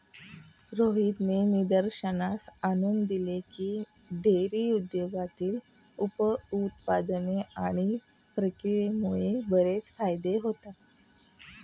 रोहितने निदर्शनास आणून दिले की, डेअरी उद्योगातील उप उत्पादने आणि प्रक्रियेमुळे बरेच फायदे होतात